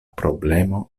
problemo